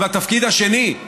אבל בתפקיד השני,